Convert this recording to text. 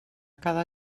cada